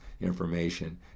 information